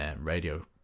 radio